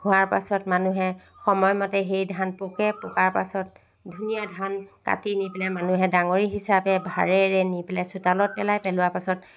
হোৱাৰ পাছত মানুহে সময়মতে সেই ধান পকে পকাৰ পাছত ধুনীয়া ধান কাটি নি পেলাই মানুহে ডাঙৰী হিচাপে ভাৰেৰে নি পেলাই চোতালত পেলায় পেলোৱা পাছত